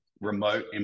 remote